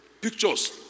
pictures